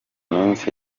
minsi